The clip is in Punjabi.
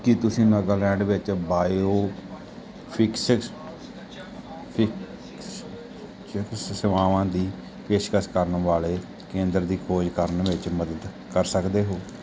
ਕੀ ਤੁਸੀਂ ਨਾਗਾਲੈਂਡ ਵਿੱਚ ਬਾਇਓ ਫਿਕਸੀਜ਼ ਫਿਕਸ ਜਾਂ ਕਿਸੇ ਸੇਵਾਵਾਂ ਦੀ ਪੇਸ਼ਕਸ਼ ਕਰਨ ਵਾਲੇ ਕੇਂਦਰ ਦੀ ਖੋਜ ਕਰਨ ਵਿੱਚ ਮਦਦ ਕਰ ਸਕਦੇ ਹੋ